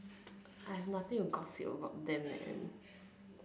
I have nothing to gossip about them and